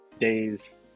days